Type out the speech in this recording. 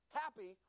happy